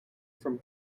from